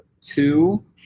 Two